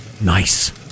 Nice